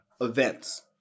events